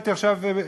הייתי עכשיו,